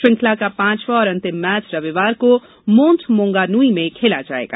श्रृंखला का पांचवां और अंतिम मैच रविवार को मोंट मोंगानुई में खेला जाएगा